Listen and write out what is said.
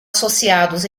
associados